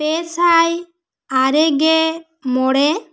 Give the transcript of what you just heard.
ᱯᱮ ᱥᱟᱭ ᱟᱨᱮ ᱜᱮᱢᱚᱬᱮ